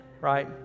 Right